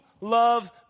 love